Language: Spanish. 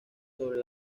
sobre